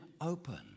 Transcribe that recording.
open